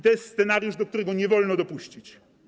To jest scenariusz, do którego nie wolno dopuścić.